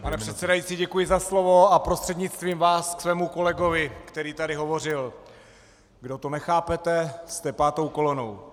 Pane předsedající, děkuji za slovo a prostřednictvím vás ke svému kolegovi, který tady hovořil: Kdo to nechápete, jste pátou kolonou.